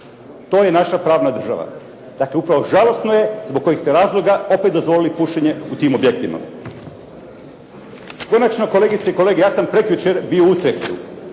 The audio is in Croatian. To je naša pravna država. Dakle, upravo žalosno je zbog kojih ste razloga tako i dozvolili pušenje u tim objektima. Konačno kolegice i kolege ja sam prekjučer bio u …